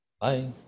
Bye